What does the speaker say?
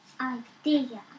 idea